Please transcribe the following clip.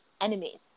enemies